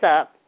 up